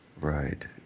Right